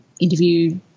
interview